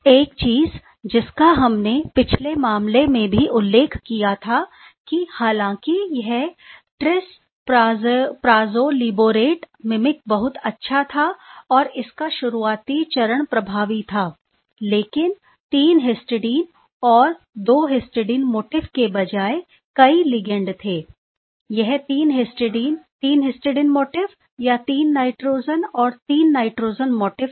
एक चीज जिसका हमने पिछले मामले में भी उल्लेख किया था कि हालांकि यह ट्रिसैप्राजोलिबोरेट मीमीक बहुत अच्छा था और इसका शुरुआती चरण प्रभावी था लेकिन 3 हिस्टिडीन और 2 हिस्टिडीन मोटिफ के बजाय कई लिगैंड थे यह 3 हिस्टडीन 3 हिस्टडीन मोटिफ या 3 नाइट्रोजन और 3 नाइट्रोजन मोटिफ था